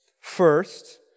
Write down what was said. First